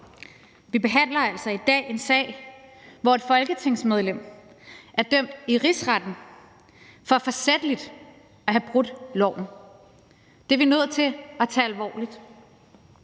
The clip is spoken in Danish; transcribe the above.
Vi behandler altså i dag en sag, hvor et folketingsmedlem er dømt i Rigsretten for forsætligt at have brudt loven. Det er vi nødt til at tage alvorligt.